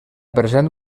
present